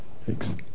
Thanks